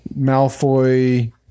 Malfoy